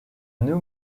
new